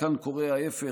וכאן קורה ההפך,